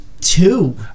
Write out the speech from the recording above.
two